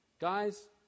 Guys